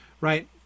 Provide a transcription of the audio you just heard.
right